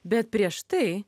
bet prieš tai